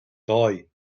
doe